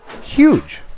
huge